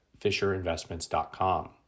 fisherinvestments.com